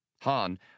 Han